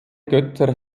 götter